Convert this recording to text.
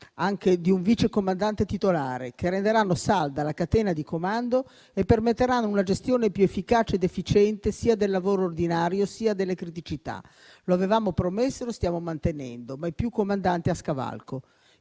anche di un vice comandante titolare, che renderanno salda la catena di comando e permetteranno una gestione più efficace ed efficiente sia del lavoro ordinario sia delle criticità. Lo avevamo promesso e lo stiamo mantenendo: mai più comandanti a scavalco.